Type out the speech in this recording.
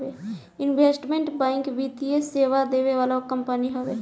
investment bank वित्तीय सेवा देवे वाला कंपनी हवे